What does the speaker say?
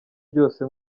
byose